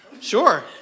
Sure